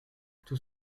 tous